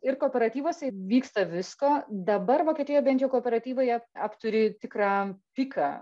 ir kooperatyvuose vyksta visko dabar vokietijoj bent jau kooperatyvai jie apturi tikrą piką